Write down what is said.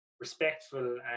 respectful